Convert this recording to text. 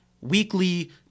weekly